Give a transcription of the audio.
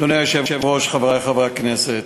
אדוני היושב-ראש, חברי חברי הכנסת,